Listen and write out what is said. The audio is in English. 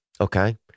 Okay